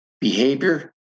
behavior